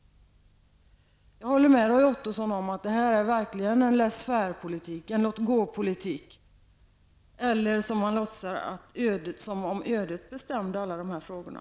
Jag håller med Roy Ottosson om att detta verkligen är en laissez-faire-politik, en låt gåpolitik, eller som om ödet bestämde dessa frågor.